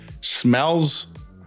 smells